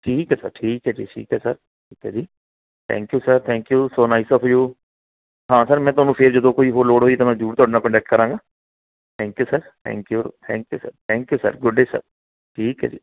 ਠੀਕ ਹੈ ਸਰ ਠੀਕ ਹੈ ਜੀ ਠੀਕ ਹੈ ਸਰ ਓਕੇ ਜੀ thank you sir thank you so nice of you ਹਾਂ ਸਰ ਮੈਂ ਤੁਹਾਨੂੰ ਫਿਰ ਜਦੋਂ ਕੋਈ ਹੋਰ ਲੋੜ ਹੋਈ ਤਾਂ ਮੈਂ ਜ਼ਰੂਰ ਤੁਹਾਡੇ ਨਾਲ ਕੋਂਟੈਕਟ ਕਰਾਂਗਾ thank you sir thank you thank you sir thank you sir good day sir ਠੀਕ ਹੈ ਜੀ